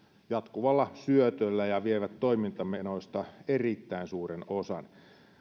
jatkuvalla syötöllä ja vievät toimintamenoista erittäin suuren osan